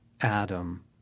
Adam